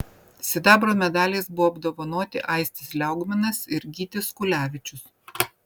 sidabro medaliais buvo apdovanoti aistis liaugminas ir gytis kulevičius